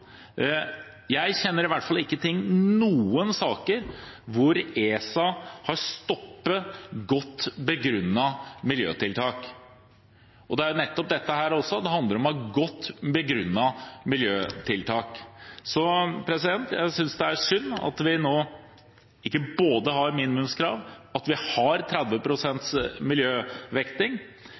jeg kjenner i hvert fall ikke til noen saker hvor ESA har stoppet godt begrunnede miljøtiltak. Det er nettopp dette også. Det handler om å ha godt begrunnede miljøtiltak. Jeg synes det er synd at vi nå ikke har både minimumskrav og 30 pst. miljøvekting, og jeg vil også si at i likhet med Lars Haltbrekken har